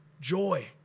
joy